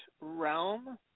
realm